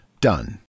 Done